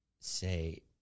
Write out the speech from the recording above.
say